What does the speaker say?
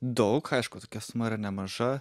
daug aišku tokia suma yra nemaža